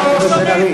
אדוני היושב-ראש,